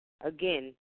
again